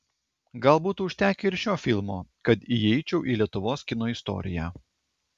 gal būtų užtekę ir šio filmo kad įeičiau į lietuvos kino istoriją